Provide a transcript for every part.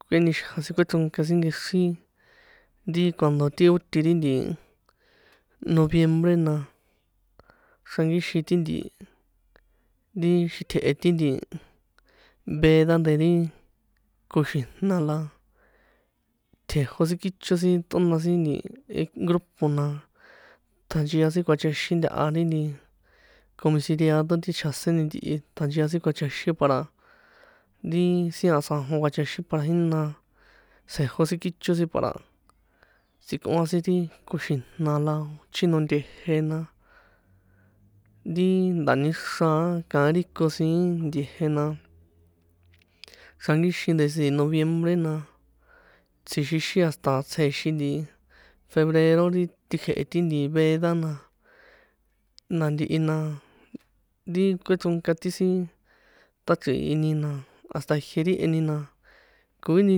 Kꞌuenixa sin kꞌuechronka sin nkexri ti cuando ri o ti ri nti noviembre na xrankixi ti nti, ri xitje̱he ri nti veda de ri koxijna̱ la tjejo sin kícho sin ṭꞌona sin grupo la ṭjanchia sin kjuachaxin ntaha ri nti comisarido ti chjaseni ntihi, ṭjanchia sin kjuachaxin para, ri sin a tsjanjon kjuachaxin para jína tsjejo sin kícho sin para, tsji̱kꞌoan sin ri koxijna̱ la, kochino nte̱je̱ na, rin da̱níxra a kaín ri ko siín nte̱je̱ na, xrankíxin ndesi noviembre na, tsjixixin hasta tsjeexin nti, febrero ri tikjehe ti nti veda na, na ntihi na ri kuechronka ti sin ṭꞌachriini na hasta jie ri e ni na, koini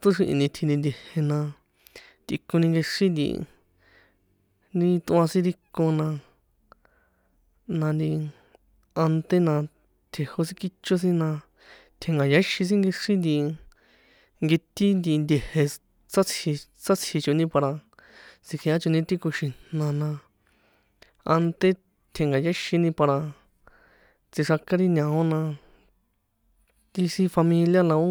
toxrihini tji̱ni nte̱je̱ na, tꞌikoni nkexri nti, ri ṭꞌoan sin ri ko na, n anti anté na tjejo sin kícho sin na, tjenka̱yáxin sin nkexri nti, nketi nti nte̱je̱ sátji sátji̱ choni para tsi̱kjea choni ti koxijna̱ na ante tjenka̱yáxini para tsjixraka ri ña̱o na, ti sin familia la ó.